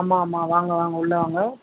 ஆமாம் ஆமாம் வாங்க வாங்க உள்ளே வாங்க